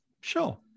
Sure